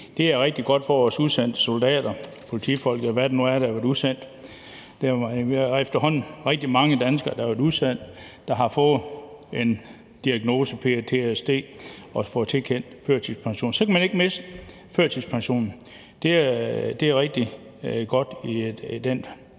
Det er rigtig godt for vores udsendte soldater, politifolk, eller hvem det nu er, der har været udsendt. Der er efterhånden rigtig mange danskere, der har været udsendt og har fået diagnosen ptsd og har fået tilkendt førtidspension. Så kan man ikke miste førtidspensionen. Det er rigtig godt i den